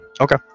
Okay